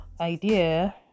idea